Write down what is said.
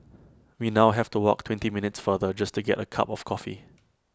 we now have to walk twenty minutes farther just to get A cup of coffee